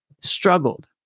struggled